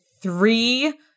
three